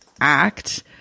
act